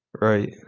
right